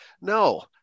No